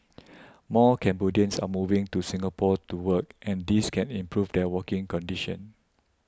more Cambodians are moving to Singapore to work and this can improve their working conditions